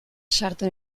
sartu